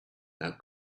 now